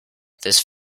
this